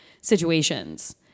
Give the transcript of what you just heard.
situations